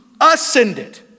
ascended